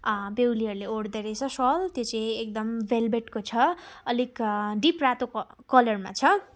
बेहुलीहरूले ओढ्दो रहेछ सल त्यो चाहिँ एकदम भेलभेटको छ अलिक डिप रातो क कलरमा छ